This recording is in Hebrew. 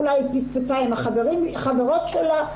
אולי פטפטה עם החברות שלה,